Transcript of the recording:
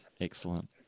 Excellent